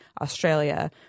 Australia